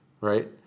Right